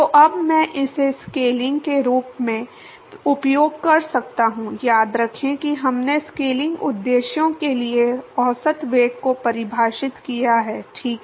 तो अब मैं इसे स्केलिंग के रूप में उपयोग कर सकता हूं याद रखें कि हमने स्केलिंग उद्देश्यों के लिए औसत वेग को परिभाषित किया है ठीक है